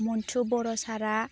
मन्थु बर' सारा